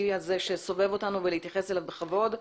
הזה שסובב אותנו ולהתייחס אליו בכבוד.